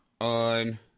on